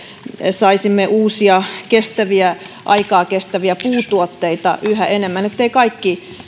saisimme uusia kestäviä aikaa kestäviä puutuotteita yhä enemmän ettei kaikki